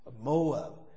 Moab